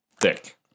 thick